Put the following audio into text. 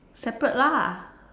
separate lah